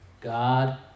God